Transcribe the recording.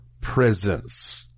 presence